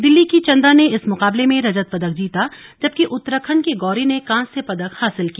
दिल्ली की चंदा ने इस मुकाबले में रजत पदक जीता जबकि उत्तराखंड की गौरी ने कांस्य पदक हासिल किया